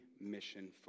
mission